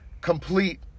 complete